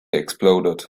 exploded